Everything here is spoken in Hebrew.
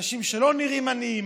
אנשים שלא נראים עניים,